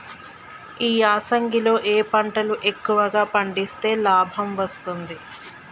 ఈ యాసంగి లో ఏ పంటలు ఎక్కువగా పండిస్తే లాభం వస్తుంది?